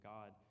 God